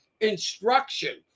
instruction